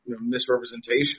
misrepresentation